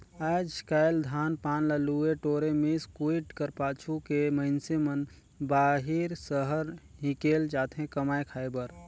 आएज काएल धान पान ल लुए टोरे, मिस कुइट कर पाछू के मइनसे मन बाहिर सहर हिकेल जाथे कमाए खाए बर